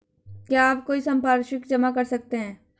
क्या आप कोई संपार्श्विक जमा कर सकते हैं?